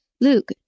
Luke